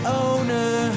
owner